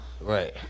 Right